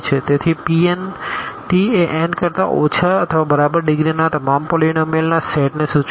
તેથીPn એ n કરતા ઓછા અથવા બરાબર ડિગ્રીના તમામ પોલીનોમીઅલના સેટને સૂચવે છે